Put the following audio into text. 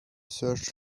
search